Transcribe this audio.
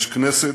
יש כנסת,